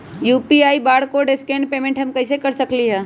UPI barcode scan payment हम कईसे कर सकली ह?